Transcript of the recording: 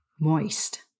Moist